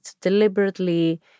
deliberately